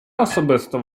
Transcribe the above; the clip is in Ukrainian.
особисто